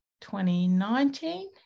2019